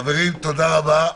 חברים, תודה רבה .